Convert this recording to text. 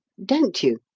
don't you?